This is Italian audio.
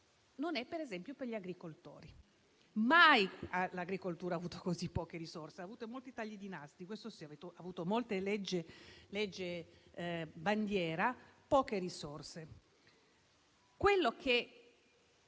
tutti: per esempio, non è per gli agricoltori. Mai l'agricoltura ha avuto così poche risorse: ha avuto molti tagli di nastri, quelli sì, e ha avuto molte leggi bandiera, ma poche risorse. Quello che